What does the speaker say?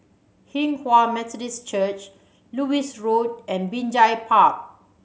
Hinghwa Methodist Church Lewis Road and Binjai Park